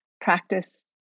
practice